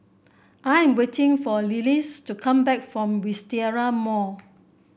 I am waiting for Lillis to come back from Wisteria Mall